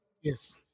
Yes